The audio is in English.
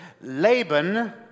Laban